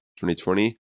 2020